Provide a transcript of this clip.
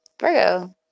Virgo